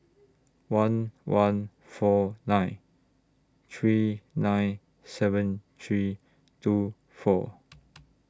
one one four nine three nine seven three two four